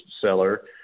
seller